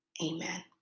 amen